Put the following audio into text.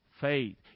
faith